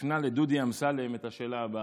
והפנה לדודי אמסלם את השאלה הבאה: